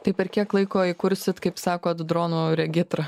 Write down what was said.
tai per kiek laiko įkursit kaip sako dronų regitrą